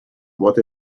what